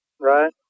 Right